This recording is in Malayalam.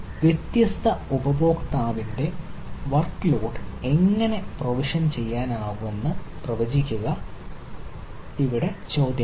വ്യത്യസ്ത ഉപയോക്താവിൻറെ വർക്ക് ലോഡ് എങ്ങനെ പ്രൊവിഷൻ ചെയ്യാനാകുമെന്ന് പ്രവചിക്കുക പ്രധാന ദൌത്യമാണ്